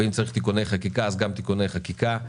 ואם צריך תיקוני חקיקה אז גם תיקוני חקיקה.